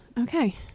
Okay